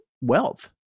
wealth